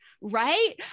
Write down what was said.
right